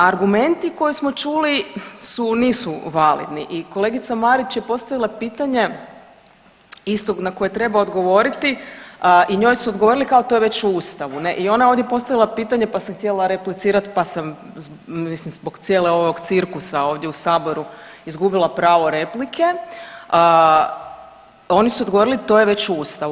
Argumenti koje smo čuli su, nisu validni i kolegica Marić je postavila pitanje isto na koje treba odgovoriti i njoj su odgovorili to je već u Ustavu ne, i ona je ovdje postavila pitanja pa sam htjela replicirati pa sam mislim zbog cijelog ovog cirkusa ovdje u saboru izgubila pravo replike, oni su odgovorili to je već u Ustavu.